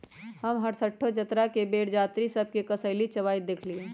हम हरसठ्ठो जतरा के बेर जात्रि सभ के कसेली चिबाइत देखइलइ